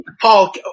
Paul